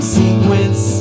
sequence